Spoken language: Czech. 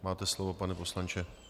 Máte slovo, pane poslanče.